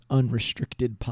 Unrestricted